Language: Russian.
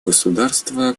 государства